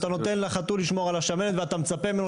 אתה נותן לחתול לשמור על השמנת ואתה מצפה ממנו,